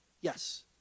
Yes